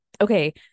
okay